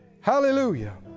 Hallelujah